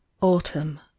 autumn